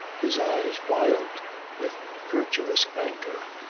his eyes wild with virtuous anger,